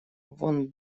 вон